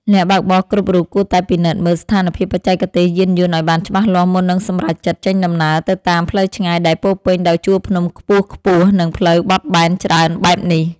អ្នកបើកបរគ្រប់រូបគួរតែពិនិត្យមើលស្ថានភាពបច្ចេកទេសយានយន្តឱ្យបានច្បាស់លាស់មុននឹងសម្រេចចិត្តចេញដំណើរទៅតាមផ្លូវឆ្ងាយដែលពោរពេញដោយជួរភ្នំខ្ពស់ៗ និង ផ្លូវបត់បែនច្រើនបែបនេះ។